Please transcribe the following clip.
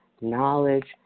knowledge